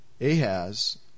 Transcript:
Ahaz